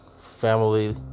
family